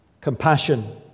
Compassion